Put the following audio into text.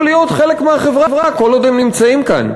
להיות חלק מהחברה כל עוד הם נמצאים כאן.